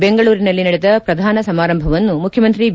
ಬೆಂಗಳೂರಿನಲ್ಲಿ ನಡೆದ ಶ್ರಧಾನ ಸಮಾರಂಭವನ್ನು ಮುಖ್ಯಮಂತ್ರಿ ಬಿ